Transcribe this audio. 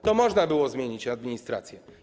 Wtedy można było zmienić administrację.